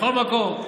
בכל מקום,